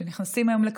כשנכנסים היום לקרפור,